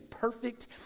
perfect